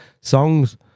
songs